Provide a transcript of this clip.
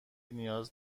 نیاز